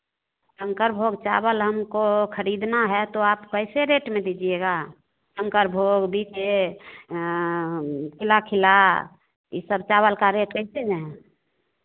शंकर भोग चावल हमको खरीदना है तो आप कैसे रेट में दीजिएगा शंकर भोग भी के खिला खिला यह सब चावल का रेट कैसे है